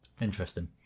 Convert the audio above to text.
Interesting